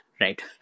right